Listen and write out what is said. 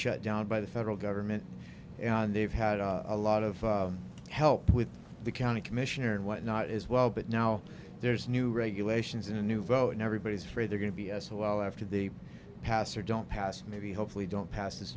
shut down by the federal government and they've had a lot of help with the county commissioner and whatnot as well but now there's new regulations in a new vote and everybody's afraid they're going to b s well after they pass or don't pass maybe hopefully don't pass this